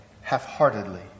half-heartedly